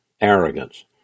Arrogance